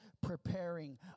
preparing